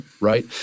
right